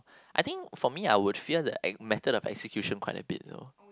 I think for me I would fear the act~ method of execution quite a bit though